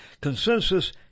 consensus